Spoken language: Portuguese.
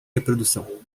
reprodução